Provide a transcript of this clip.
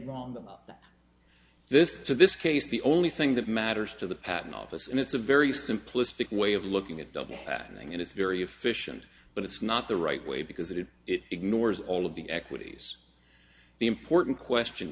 wrong that this so this case the only thing that matters to the patent office and it's a very simplistic way of looking at double patterning and it's very efficient but it's not the right way because it ignores all of the equities the important question